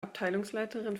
abteilungsleiterin